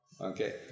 Okay